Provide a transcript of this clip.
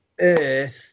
earth